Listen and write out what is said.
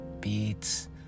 beats